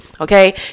okay